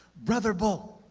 brother bo.